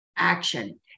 action